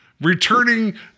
returning